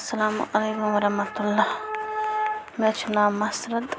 اَلسَلامُ علیکُم وَرحمتُہ اللہ مےٚ حظ چھُ ناو مَسرت